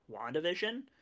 WandaVision